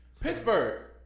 Pittsburgh